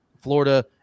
Florida